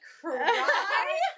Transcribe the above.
cry